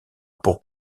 pour